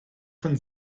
von